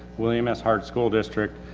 william s. hart school district.